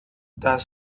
das